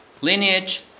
lineage